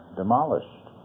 demolished